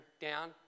down